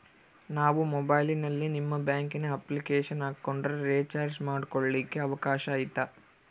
ನಾನು ಮೊಬೈಲಿನಲ್ಲಿ ನಿಮ್ಮ ಬ್ಯಾಂಕಿನ ಅಪ್ಲಿಕೇಶನ್ ಹಾಕೊಂಡ್ರೆ ರೇಚಾರ್ಜ್ ಮಾಡ್ಕೊಳಿಕ್ಕೇ ಅವಕಾಶ ಐತಾ?